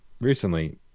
recently